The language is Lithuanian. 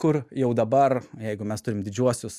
kur jau dabar jeigu mes turim didžiuosius